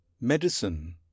Medicine